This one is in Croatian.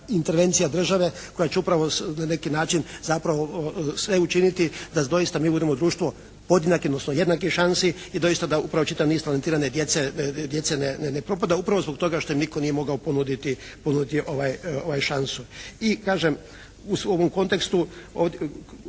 intervencija države koja će upravo na neki način zapravo sve učiniti da doista mi budemo društvo podjednake, odnosno jednake šanse i doista da upravo čitav niz talentirane djece ne propada upravo zbog toga što im nitko nije mogao ponuditi šansu. I kažem u ovom kontekstu